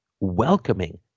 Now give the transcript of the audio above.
welcoming